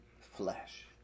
flesh